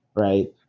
right